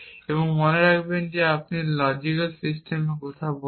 এবং মনে রাখবেন যে আপনি যখন লজিক্যাল সিস্টেম সম্পর্কে কথা বলেন